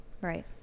Right